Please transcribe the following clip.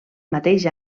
mateix